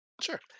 Sure